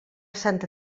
santa